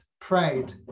prayed